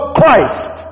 Christ